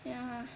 ya